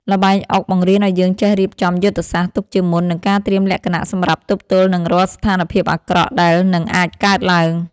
ល្បែងអុកបង្រៀនឱ្យយើងចេះរៀបចំយុទ្ធសាស្ត្រទុកជាមុននិងការត្រៀមលក្ខណៈសម្រាប់ទប់ទល់នឹងរាល់ស្ថានភាពអាក្រក់ដែលនឹងអាចកើតឡើង។